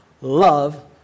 love